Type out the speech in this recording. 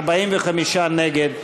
מי נגד?